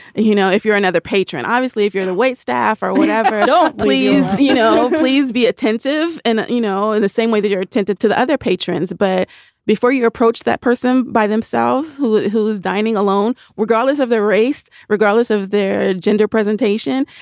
you know, if you're another patron, obviously, if you're the waitstaff or whatever, don't you know, please be attentive and you know, in the same way that you're attentive to the other patrons. but before you approach that person by themselves, who who's dining alone, regardless of their race, regardless of their gender presentation,